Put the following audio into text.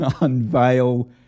unveil